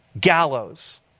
gallows